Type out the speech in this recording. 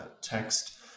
text